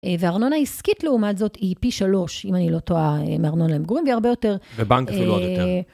וארנונה עסקית לעומת זאת היא פי שלוש אם אני לא טועה, מארנונה למגורים והרבה יותר. ובנק אפילו עוד יותר.